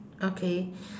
okay